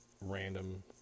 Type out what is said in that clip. random